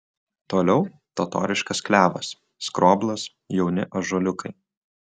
toliau totoriškas klevas skroblas jauni ąžuoliukai